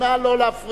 נא לא להפריע.